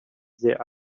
their